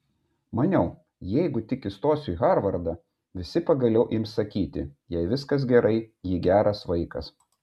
maniau jeigu tik įstosiu į harvardą visi pagaliau ims sakyti jai viskas gerai ji geras vaikas